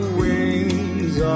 wings